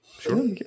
sure